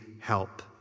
help